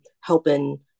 helping